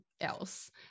else